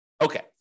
Okay